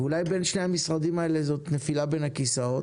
ואולי בין שני המשרדים האלה זאת נפילה בין הכיסאות,